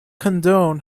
condone